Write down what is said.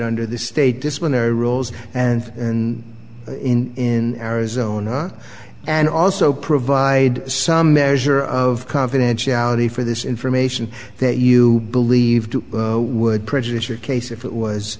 under the state disciplinary rules and in arizona and also provide some measure of confidentiality for this information that you believe would prejudice your case if it was